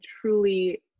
truly